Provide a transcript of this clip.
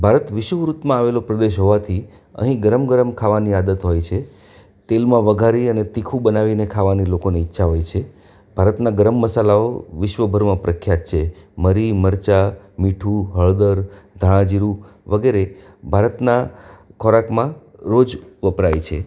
ભારત વિષુવવૃત્તમાં આવેલો પ્રદેશ હોવાથી અહીં ગરમ ગરમ ખાવાની આદત હોય છે તેલમાં વઘારી અને તીખું બનાવીને ખાવાની લોકોની ઈચ્છા હોય છે ભારતના ગરમ મસાલાઓ વિશ્વભરમાં પ્રખ્યાત છે મરી મરચાં મીઠું હળદર ધાણાજીરું વગેરે ભારતના ખોરાકમાં રોજ વપરાય છે